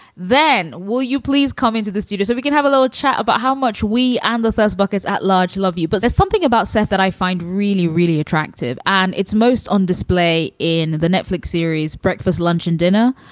then will you please come into the studio so we can have a little chat about how much we and andothers buckets at large? love you. but there's something about seth that i find really, really attractive. and it's most on display in the netflix series breakfast, lunch and dinner,